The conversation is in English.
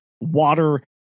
water